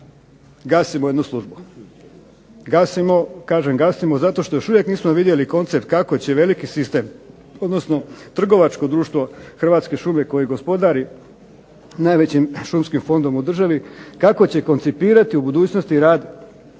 gasimo jednu službu. Gasimo, kažem gasimo zato što još uvijek nismo vidjeli koncept kako će veliki sistem, odnosno trgovačko društvo Hrvatske šume koji gospodari najvećim šumskim fondom u državi kako će koncipirati u budućnosti rad